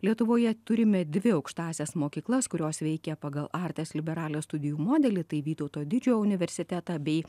lietuvoje turime dvi aukštąsias mokyklas kurios veikia pagal artes liberales studijų modelį tai vytauto didžiojo universitetą bei